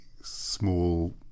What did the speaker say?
small